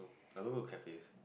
I don't go to cafes